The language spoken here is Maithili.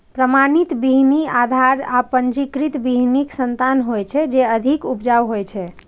प्रमाणित बीहनि आधार आ पंजीकृत बीहनिक संतान होइ छै, जे अधिक उपजाऊ होइ छै